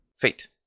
Fate